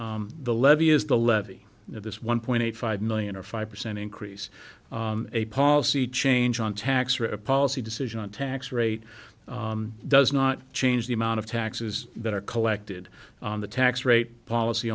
the levy is the levy at this one point five million or five percent increase a policy change on tax or a policy decision on tax rate does not change the amount of taxes that are collected on the tax rate policy